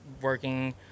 working